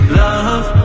love